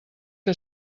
que